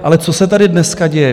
Ale co se tady dneska děje?